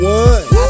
one